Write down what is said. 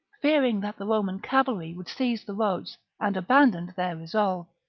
fearing that the roman cavalry would seize the roads, and abandoned their resolve.